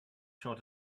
sure